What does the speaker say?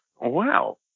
Wow